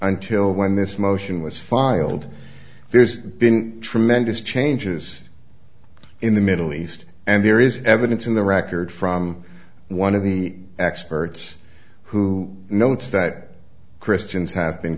until when this motion was filed there's been tremendous changes in the middle east and there is evidence in the record from one of the experts who notes that christians have been